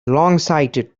longsighted